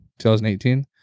2018